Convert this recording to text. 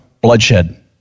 Bloodshed